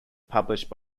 published